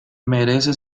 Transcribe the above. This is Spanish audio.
merece